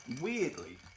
weirdly